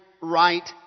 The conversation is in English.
right